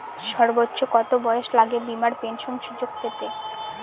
সর্বোচ্চ কত বয়স লাগে বীমার পেনশন সুযোগ পেতে?